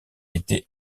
été